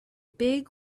big